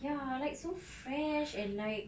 ya like so fresh and like